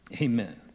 Amen